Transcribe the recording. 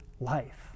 life